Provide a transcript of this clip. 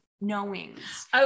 knowings